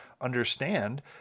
understand